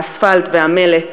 האספלט והמלט,